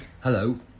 Hello